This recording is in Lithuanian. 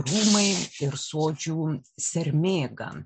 rūmai ir sodžių sermėga